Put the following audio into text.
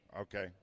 Okay